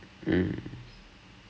K K and everything